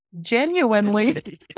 genuinely